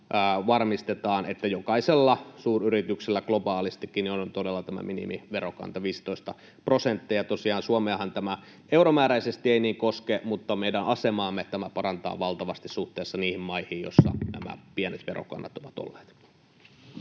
varmistetaan, että jokaisella suuryrityksellä globaalistikin on todella vähintään tämä minimiverokanta, 15 prosenttia. Ja tosiaan Suomeahan tämä euromääräisesti ei niin koske, mutta meidän asemaamme tämä parantaa valtavasti suhteessa niihin maihin, joissa on ollut nämä pienet verokannat. [Speech